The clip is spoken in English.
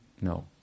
No